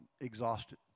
exhausted